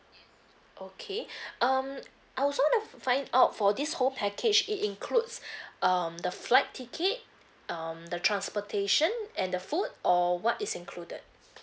okay um I also like to find out for this whole package it includes um the flight ticket um the transportation and the food or what is included